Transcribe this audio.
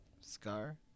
Scar